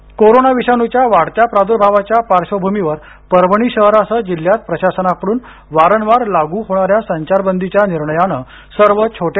Parbhani corona विषाणुच्या वाढत्या प्राद्भावाच्या पार्श्वभूमीवर परभणी शहरासह जिल्ह्यात प्रशासनाकडून वारंवार लागू होणाया संचारबंदीच्या निर्णयाने सर्व छोटे